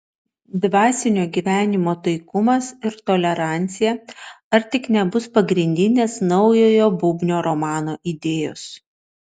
dvasinio gyvenimo taikumas ir tolerancija ar tik nebus pagrindinės naujojo bubnio romano idėjos